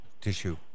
tissue